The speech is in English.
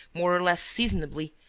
more or less seasonably,